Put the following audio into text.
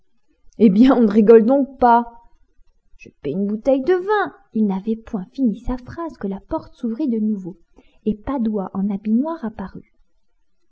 eh bien on ne rigole donc pas je paye une bouteille de vin il n'avait point fini sa phrase que la porte s'ouvrit de nouveau et padoie en habit noir apparut